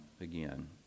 again